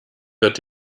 wird